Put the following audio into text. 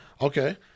Okay